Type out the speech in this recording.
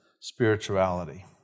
spirituality